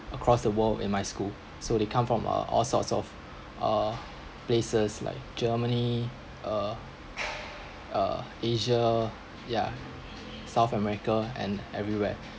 across the world in my school so they come from uh all sorts of uh places like germany uh uh asia ya south america and everywhere